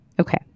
okay